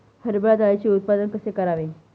हरभरा डाळीचे उत्पादन कसे करावे?